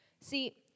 See